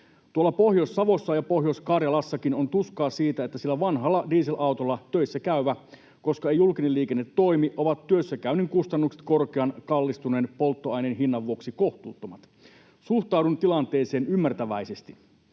Tuolla Pohjois-Savossa ja Pohjois-Karjalassakin on tuskaa siitä, että sillä vanhalla dieselautolla töissä käyvälle — koska ei julkinen liikenne toimi — ovat työssäkäynnin kustannukset korkean, kallistuneen polttoaineen hinnan vuoksi kohtuuttomat. Suhtaudun tilanteeseen ymmärtäväisesti.